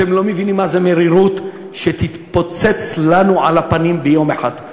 אתם לא מבינים איזה מרירות תתפוצץ לנו בפנים ביום אחד.